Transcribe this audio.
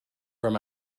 from